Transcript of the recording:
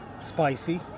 Spicy